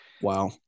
Wow